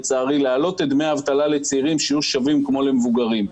להעלות את דמי האבטלה לצעירים שיהיו שווים כמו למבוגרים.